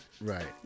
Right